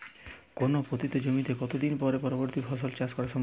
কোনো পতিত জমিতে কত দিন পরে পরবর্তী ফসল চাষ করা সম্ভব?